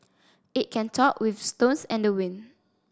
it can talk with stones and the wind